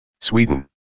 Sweden